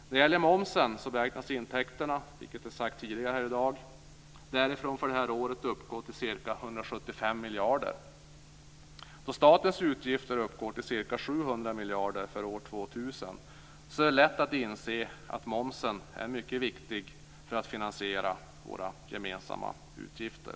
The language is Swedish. När det gäller momsen beräknas intäkterna, som sagts tidigare här i dag, uppgå till ca 175 miljarder kronor i år. Då statens utgifter uppgår till ca 700 miljarder för år 2000 är det lätt att inse att momsen är mycket viktig för att finansiera våra gemensamma utgifter.